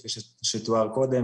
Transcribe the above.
כפי שתואר קודם,